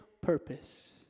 purpose